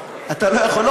אתה לא יכול.